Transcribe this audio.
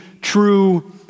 true